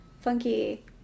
funky